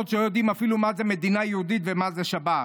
שלא יודעים אפילו מה זה מדינה יהודית ומה זה שבת.